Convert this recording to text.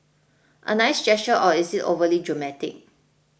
a nice gesture or is it overly dramatic